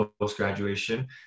post-graduation